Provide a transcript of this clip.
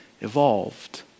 evolved